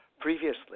Previously